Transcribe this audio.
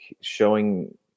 showing